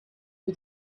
who